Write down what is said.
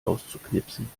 auszuknipsen